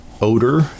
odor